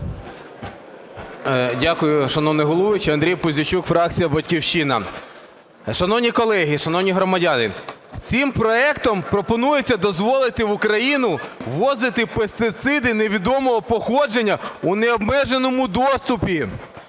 Дякую, шановний головуючий. Андрій Пузійчук, фракція "Батьківщина". Шановні колеги, шановні громадяни, цим проектом пропонується дозволити в Україну ввозити пестициди невідомого походження у необмеженому доступі.